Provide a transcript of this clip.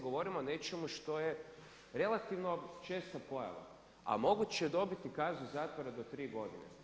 Govorimo o nečemu što je relativno česta pojava, a moguće je dobiti kaznu zatvora do 3 godine.